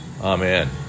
Amen